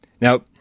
now